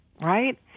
Right